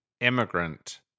immigrant